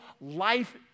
life